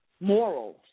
morals